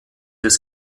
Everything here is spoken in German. des